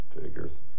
Figures